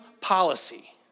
policy